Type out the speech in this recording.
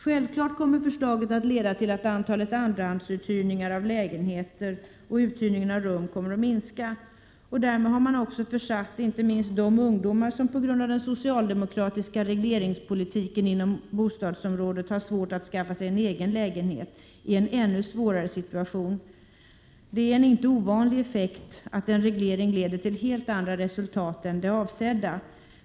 Självfallet kommer förslaget att leda till att antalet andrahandsuthyrningar av lägenheter och uthyrningen av rum kommer att minska. Därmed har man också försatt inte minst de ungdomar som på grund av den socialdemokratiska regleringspolitiken inom bostadsområdet har svårt att skaffa sig en egen lägenhet i en ännu svårare situation. Det är en inte ovanlig effekt att en reglering leder till helt andra resultat än de avsedda.